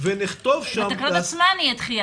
ונכתוב שם --- בתקנות עצמן תהיה דחייה,